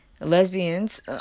lesbians